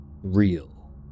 real